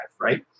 Right